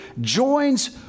joins